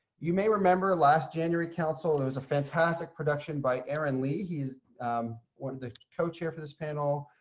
you may remember last january council, there was a fantastic presentation by aaron lee. he's one of the co-chair for this panel.